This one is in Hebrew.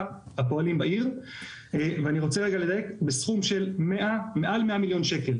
הפועלים בעיר בסכום של מעל 100,000,000 ₪,